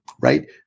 right